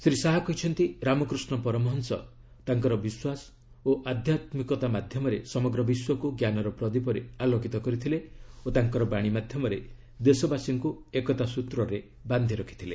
ଶ୍ରୀ ଶାହା କହିଛନ୍ତି ରାମକୃଷ୍ଣ ପରମହଂସ ତାଙ୍କର ବିଶ୍ୱାସ ଓ ଆଧ୍ଯାତ୍ରିକତା ମାଧ୍ୟମରେ ସମଗ୍ର ବିଶ୍ୱକୁ ଜ୍ଞାନର ପ୍ରଦୀପରେ ଆଲୋକିତ କରିଥିଲେ ଓ ତାଙ୍କର ବାଣୀ ମାଧ୍ୟମରେ ଦେଶବାସୀଙ୍କୁ ଏକତାସୂତ୍ରରେ ବାନ୍ଧି ରଖିଥିଲେ